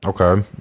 Okay